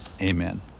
Amen